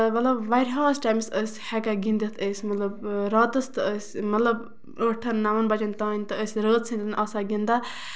مطلب واریاہَس ٹایمَس ٲسۍ ہٮ۪کان گِندِتھ أسۍ مطلب راتَس تہِ ٲسۍ مطلب ٲٹھن نَوَن بَجین تام تہٕ ٲسۍ رٲژ ہِندین آسان گِندان